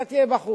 אתה תהיה בחוץ.